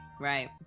Right